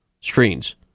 screens